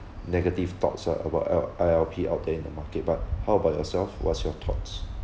negative talks ah about I~ I_L_P out there in the market but how about yourself what's your thoughts